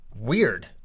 weird